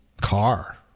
car